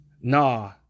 Nah